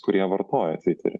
kurie vartoja tviterį